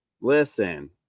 Listen